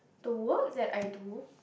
the work that I do